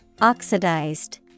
Oxidized